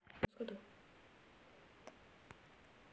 मेरे द्वारा जो के.सी.सी बनवायी गयी है इसको पूरी करने की तिथि क्या है?